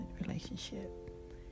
relationship